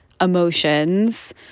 emotions